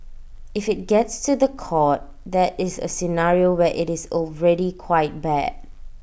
if IT gets to The Court that is A scenario where IT is already quite bad